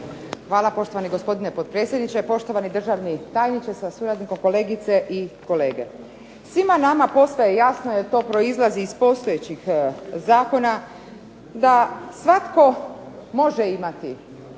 Hvala poštovani gospodine potpredsjedniče, poštovani državni tajniče sa suradnikom, kolegice i kolege. Svima nama postaje jasno jer to proizlazi iz postojećih zakona da svatko može imati